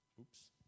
Oops